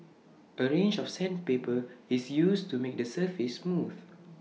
A range of sandpaper is used to make the surface smooth